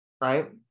right